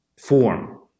form